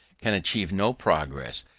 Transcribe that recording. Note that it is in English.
can achieve no progress,